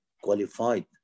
qualified